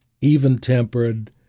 even-tempered